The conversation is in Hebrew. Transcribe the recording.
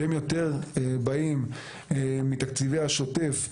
שהם יותר באים מתקציבי השוטף,